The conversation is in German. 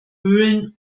höhlen